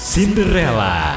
Cinderella